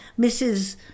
Mrs